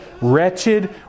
wretched